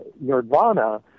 Nirvana